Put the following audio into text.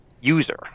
user